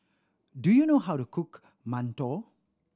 do you know how to cook mantou